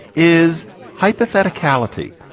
is hypothetic carletti.